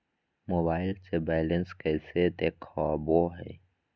Mobile से balance कैसे देखाबो है?